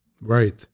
Right